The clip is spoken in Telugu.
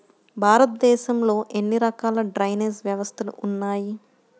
భారతదేశంలో ఎన్ని రకాల డ్రైనేజ్ వ్యవస్థలు ఉన్నాయి?